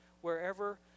wherever